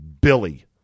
billy